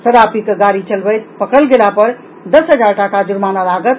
शराब पी कऽ गाड़ी चलबैत पकड़ल गेला पर दस हजार टाका जुर्माना लागत